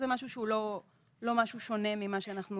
זה משהו שהוא לא משהו שונה ממה שאנחנו